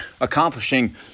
accomplishing